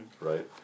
right